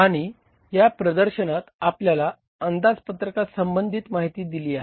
आणि या प्रदर्शनात आपल्याला अंदाजपत्रकासंबंधी माहिती दिलेली आहे